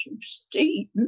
steam